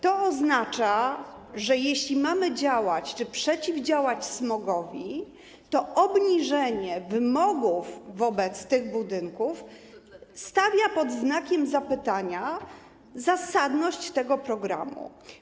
To oznacza, że jeśli mamy działać, przeciwdziałać smogowi, to obniżenie wymogów wobec tych budynków stawia pod znakiem zapytania zasadność tego programu.